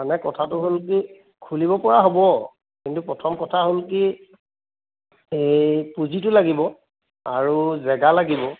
মানে কথাটো হ'ল কি খুলিব পৰা হ'ব কিন্তু প্ৰথম কথা হ'ল কি এই পুজিটো লাগিব আৰু জেগা লাগিব